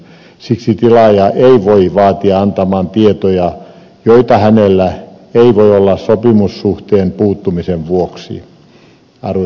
siksi tilaajaa ei voi vaatia antamaan tietoja joita hänellä ei voi olla sopimussuhteen puuttumisen vuoksi